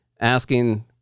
asking